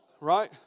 right